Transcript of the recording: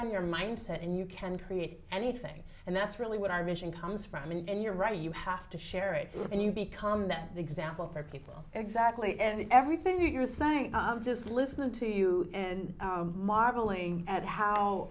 on your mindset and you can create anything and that's really what our mission comes from and you're right you have to share it and you become that example for people exactly and everything that you're saying just listening to you and marveling at how